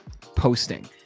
posting